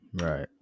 Right